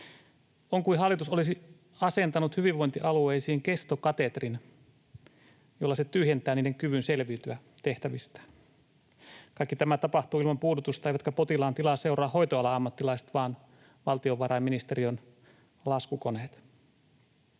On kuin hallitus olisi asentanut hyvinvointialueisiin kestokatetrin, jolla se tyhjentää niiden kyvyn selviytyä tehtävistään. Kaikki tämä tapahtuu ilman puudutusta, eivätkä potilaan tilaa seuraa hoitoalan ammattilaiset vaan valtiovarainministeriön laskukoneet.